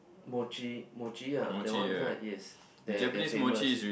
mochi mochi ah that one that kind yes that that famous